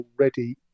already